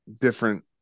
different